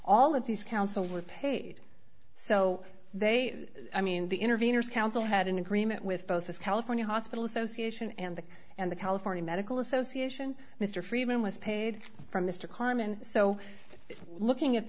all of these council were paid so they i mean the interveners council had an agreement with both the california hospital association and the and the california medical association mr freeman was paid for mr carmen so looking at